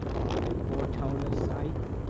on the ortona site,